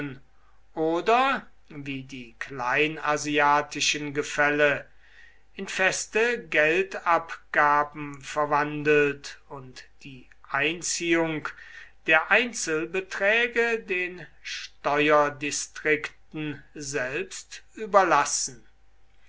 oder wie die kleinasiatischen gefälle in feste geldabgaben verwandelt und die einziehung der einzelbeträge den steuerdistrikten selbst überlassen